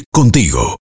contigo